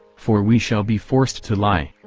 for we shall be forced to lie.